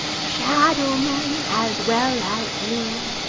shadow men, as well as you.